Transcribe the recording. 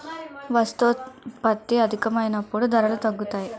వస్తోత్పత్తి అధికమైనప్పుడు ధరలు తగ్గుతాయి